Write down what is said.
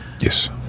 Yes